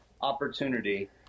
opportunity